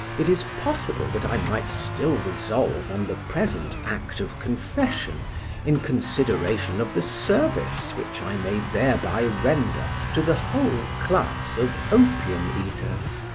it is possible that i might still resolve on the present act of confession in consideration of the service which i may thereby render to the whole class of opium eaters.